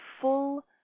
full